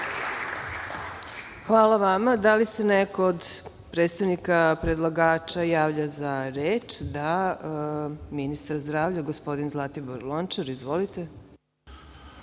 Hvala vama. Da li se neko od predstavnika predlagača javna za reč? (Da.)Reč ima ministar zdravlja, gospodin Zlatibor Lončar. Izvolite.